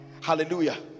hallelujah